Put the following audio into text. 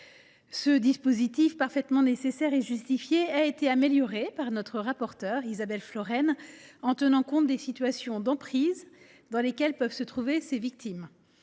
Ce dispositif parfaitement nécessaire et justifié a été amélioré par notre rapporteure, Isabelle Florennes, en tenant compte des situations d’emprise dans lesquelles peuvent se trouver ces victimes.